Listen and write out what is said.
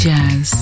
Jazz